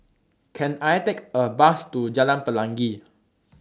Can I Take A Bus to Jalan Pelangi